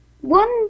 one